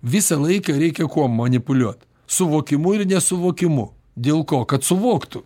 visą laiką reikia kuo manipuliuot suvokimu ir nesuvokimu dėl ko kad suvoktų